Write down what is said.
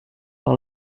par